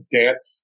dance